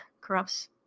corrupts